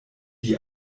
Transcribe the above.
die